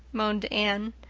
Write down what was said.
moaned anne.